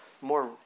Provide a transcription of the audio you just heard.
more